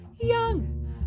young